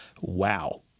Wow